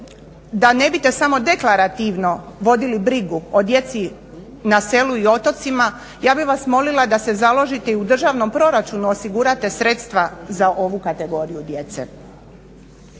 da ne biste samo deklarativno vodili brigu o djeci na selu i otocima ja bih vas molila da se založite i u državnom proračunu osigurate sredstva za ovu kategoriju djece.